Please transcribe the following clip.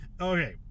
Okay